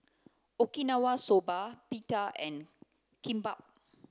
Okinawa Soba Pita and Kimbap